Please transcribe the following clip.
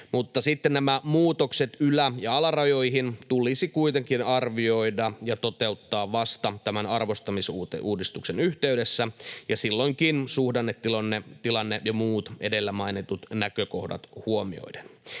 Mutta sitten nämä muutokset ylä- ja alarajoihin tulisi kuitenkin arvioida ja toteuttaa vasta tämän arvostamisuudistuksen yhteydessä ja silloinkin suhdannetilanne ja muut edellä mainitut näkökohdat huomioiden.